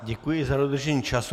Děkuji za dodržení času.